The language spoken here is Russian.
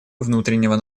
внутреннего